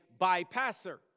bypasser